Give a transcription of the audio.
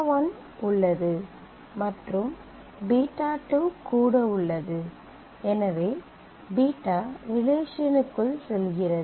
β1 உள்ளது மற்றும் β2 கூட உள்ளது எனவே β ரிலேஷன்க்குள் செல்கிறது